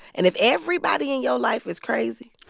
and if everybody and your life is crazy,